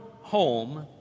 home